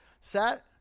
Set